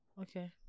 Okay